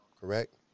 Correct